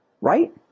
Right